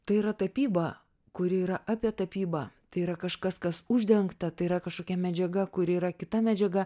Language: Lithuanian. tai yra tapyba kuri yra apie tapybą tai yra kažkas kas uždengta tai yra kažkokia medžiaga kuri yra kita medžiaga